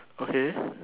okay